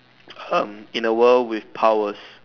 um in a world with powers